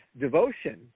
devotion